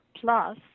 Plus